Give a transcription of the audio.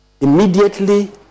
immediately